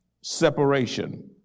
separation